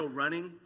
running